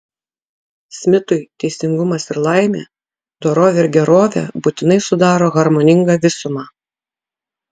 smitui teisingumas ir laimė dorovė ir gerovė būtinai sudaro harmoningą visumą